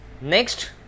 next